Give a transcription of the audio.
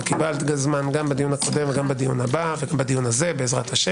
קיבלת בדיון גם הקודם וגם בדיון הבא ובזה בעז"ה.